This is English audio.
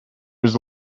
was